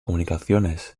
comunicaciones